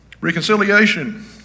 Reconciliation